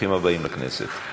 ברוכים הבאים לכנסת.